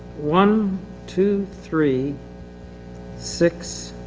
one two three six.